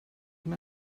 mae